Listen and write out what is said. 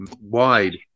wide